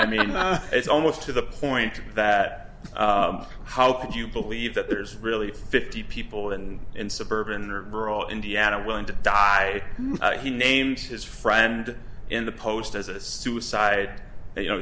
i mean it's almost to the point that how could you believe that there's really fifty people and in suburban or rural indiana willing to die he named his friend in the post as a suicide you know